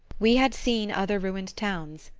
we had seen other ruined towns,